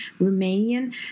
Romanian